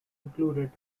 included